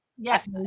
yes